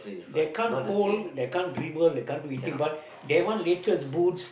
they can't hold they can't dribble they can't do anything but they want latest boots